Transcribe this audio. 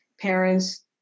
parents